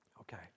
Okay